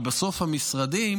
כי בסוף המשרדים